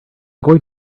going